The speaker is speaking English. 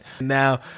Now